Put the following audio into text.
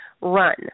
run